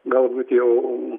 galbūt jau